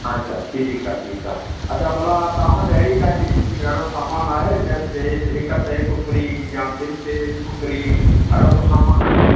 अच्छा ठीकु आहे ठीकु आहे अच्छा भला तव्हां वटि अहिड़ी काई अहिड़ो सामानु आहे जंहिं ते हिक ते हिकु फ्री या ॿिनि ते हिकु फ्री अहिड़ो को सामानु आहे